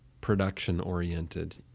production-oriented